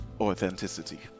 authenticity